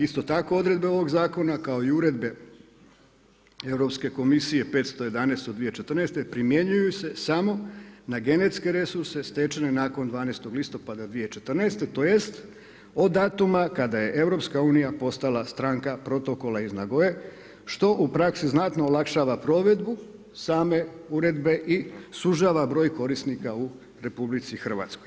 Isto tako odredbe ovog zakona kao i uredbe Europske komisije 511/2014 primjenjuju se samo na genetske resurse stečene nakon 12. listopada 2014. tj. od datuma kada je EU postala stranka protokola iz Nagoye što u praksi znatno olakšava provedbu same uredbe i sužava broj korisnika u RH.